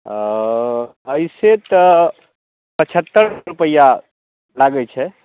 ऐसे तऽ पचहत्तरि रुपैआ लागै छै